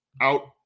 out